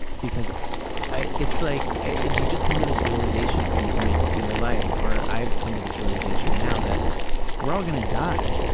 because i, it's like you just come to this realization at some point in your life, or i've come to this realization now that we're all going to die,